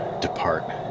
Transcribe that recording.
depart